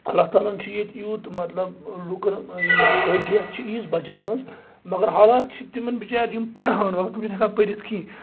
اللہ تعالیٰ ہن چھِ ییٚتہ یوٗت مطلب لوٗکن یِم قٲبلیت چھِ ییٖژ بَچن منٛز مگر حالات چھِ تِمن بِچارٮ۪ن یِم پرٕہان مگر تٕم چِھنہٕ ہیٚکان پٔرتھ کہینۍ